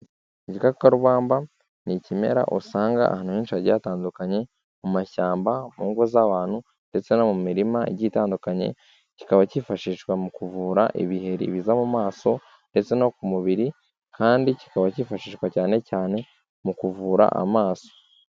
Igikakarubamba ni ikimera usanga ahantu henshi hagiye hatandukanye mu mashyamba, mu ngo z'abantu ndetse no mu mirima igiye itandukanye, kikaba cyifashishwa mu kuvura ibiheri biza mu maso ndetse no ku mubiri, kandi kikaba cyifashishwa cyane cyane mu kuvura amaso.